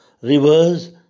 rivers